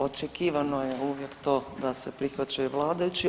Očekivano je uvijek to da se prihvaćaju vladajući.